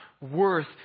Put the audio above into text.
worth